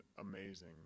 amazing